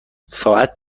ساعت